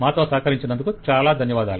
మాతో సహకరించినందుకు చాలా ధన్యవాదాలు